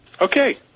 Okay